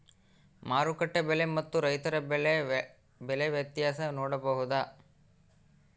ಮಾರುಕಟ್ಟೆ ಬೆಲೆ ಮತ್ತು ರೈತರ ಬೆಳೆ ಬೆಲೆ ವ್ಯತ್ಯಾಸ ನೋಡಬಹುದಾ?